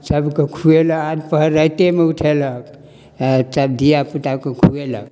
सभकेँ खुएलक आध पहर रातिएमे उठेलक आ सभ धियापुताकेँ खुएलक